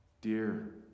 Dear